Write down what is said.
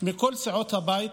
מכל סיעות הבית,